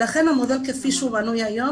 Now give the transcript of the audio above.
ולכן המודל, כפי שהוא בנוי היום